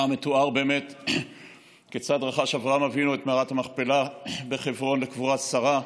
שבה מתואר כיצד רכש אברהם אבינו את מערת המכפלה בחברון לקבורת שרה,